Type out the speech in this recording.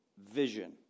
Vision